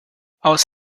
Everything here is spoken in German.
aus